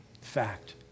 Fact